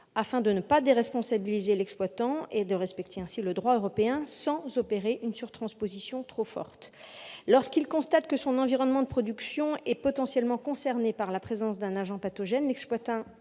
afin de ne pas déresponsabiliser l'exploitant et de respecter ainsi le droit européen, sans opérer une surtransposition trop forte. Lorsqu'il constate que son environnement de production est potentiellement concerné par la présence d'un agent pathogène, l'exploitant